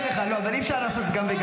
לא, לא, ועכשיו יש לי משהו אחר.